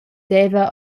deva